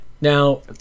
Now